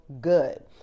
good